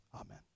amen